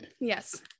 yes